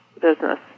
business